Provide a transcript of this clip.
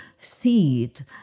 seed